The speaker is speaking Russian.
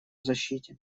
защите